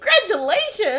Congratulations